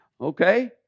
okay